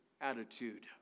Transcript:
attitude